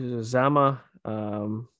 Zama